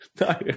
no